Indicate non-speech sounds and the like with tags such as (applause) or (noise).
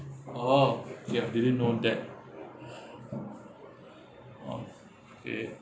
oh okay I didn't know that (breath) okay